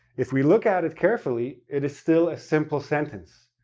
if we look at it carefully, it is still a simple sentence.